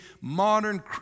modern